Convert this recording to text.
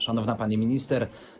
Szanowna Pani Minister!